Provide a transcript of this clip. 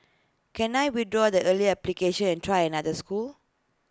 can I withdraw the earlier application and try another school